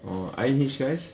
oh I_M_H guys